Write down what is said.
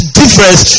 difference